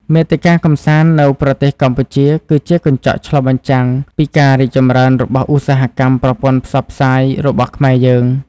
មាតិកាកម្សាន្តនៅប្រទេសកម្ពុជាគឺជាកញ្ចក់ឆ្លុះបញ្ចាំងពីការរីកចម្រើនរបស់ឧស្សាហកម្មប្រព័ន្ធផ្សព្វផ្សាយរបស់ខ្មែរយើង។